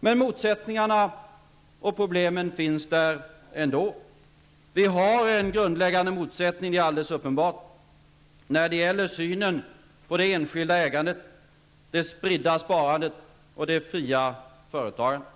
Men motsättningarna och problemen finns där ändå. Vi har en grundläggande motsättning -- det är alldeles uppenbart -- i synen på det enskilda ägandet, det spridda sparandet och det fria företagandet.